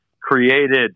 created